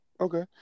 Okay